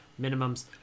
minimums